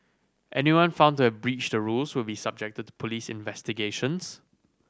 anyone found to have breached the rules will be subjected to police investigations